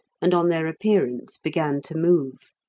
and on their appearance began to move.